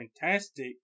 Fantastic